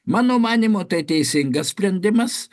mano manymu tai teisingas sprendimas